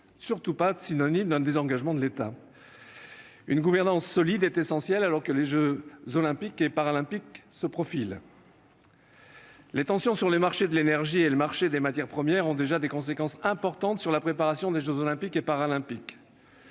surtout pas être synonyme d'un désengagement de l'État. Une gouvernance solide est essentielle alors que les jeux Olympiques et Paralympiques se profilent. Les tensions sur le marché de l'énergie et sur le marché des matières premières ont déjà des conséquences importantes sur la préparation de ces événements.